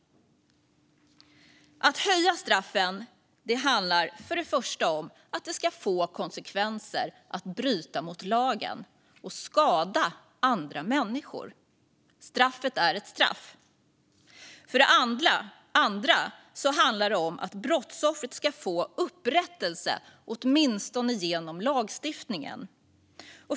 Att höja straffen handlar för det första om att det ska få konsekvenser att bryta mot lagen och skada andra människor. Straffet är ett straff. För det andra handlar det om att brottsoffret ska få upprättelse, åtminstone genom lagstiftningen.